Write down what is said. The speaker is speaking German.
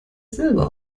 selber